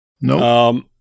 No